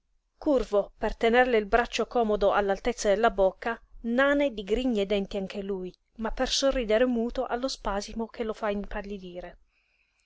curvo per tenerle il braccio comodo all'altezza della bocca nane digrigna i denti anche lui ma per sorridere muto allo spasimo che lo fa impallidire